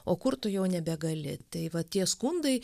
o kur tu jau nebegali tai va tie skundai